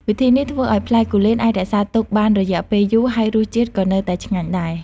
វិធីនេះធ្វើឲ្យផ្លែគូលែនអាចរក្សាទុកបានរយៈពេលយូរ ហើយរសជាតិក៏នៅតែឆ្ងាញ់ដែរ។